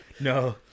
no